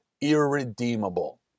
irredeemable